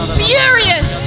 furious